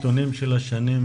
יש נתונים של שנים